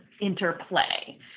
interplay